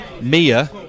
Mia